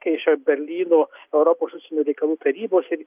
kai išėjo berlyno europos užsienio reikalų tarybos ir